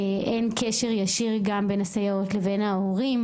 איך קשר ישיר גם בין הסייעות להורים,